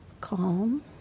calm